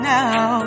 now